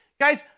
guys